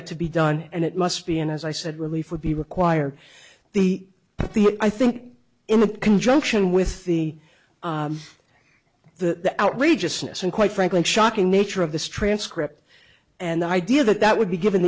t to be done and it must be and as i said relief would be required the i think in conjunction with the the outrageousness and quite frankly shocking nature of this transcript and the idea that that would be given